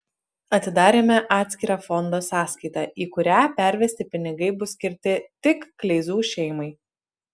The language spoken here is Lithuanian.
atidarėme atskirą fondo sąskaitą į kurią pervesti pinigai bus skirti tik kleizų šeimai